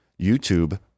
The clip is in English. YouTube